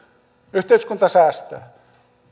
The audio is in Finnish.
yhteiskunta säästää